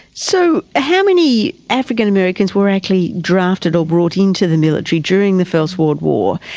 so how many african americans were actually drafted or brought into the military during the first world war,